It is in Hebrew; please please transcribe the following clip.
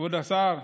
כבוד השר,